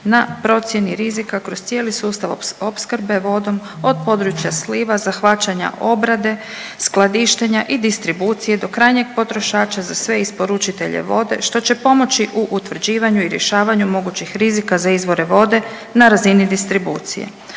na procjeni rizika kroz cijeli sustav opskrbe vodom, od područja sliva, zahvaćanja, obrade, skladištenja i distribucije, do krajnjeg potrošača za sve isporučitelje vode, što će pomoći u utvrđivanju i rješavanju mogućih rizika za izvore vode na razini distribucije.